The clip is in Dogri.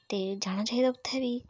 ते जाना चाहिदा उत्थै बी